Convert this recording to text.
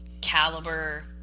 caliber